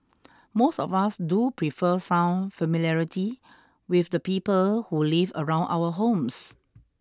most of us do prefer some familiarity with the people who live around our homes